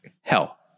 hell